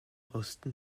osten